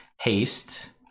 Haste